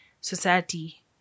society